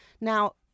Now